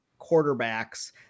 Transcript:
quarterbacks